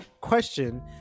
question